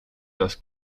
das